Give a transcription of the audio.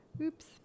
Oops